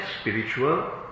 spiritual